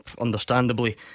understandably